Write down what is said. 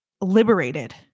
liberated